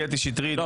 קטי שטרית,